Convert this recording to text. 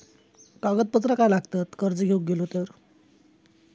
कागदपत्रा काय लागतत कर्ज घेऊक गेलो तर?